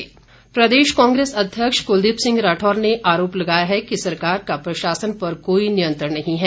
राठौर प्रदेश कांग्रेस अध्यक्ष कुलदीप सिंह राठौर ने आरोप लगाया कि सरकार का प्रशासन पर कोई नियंत्रण नहीं है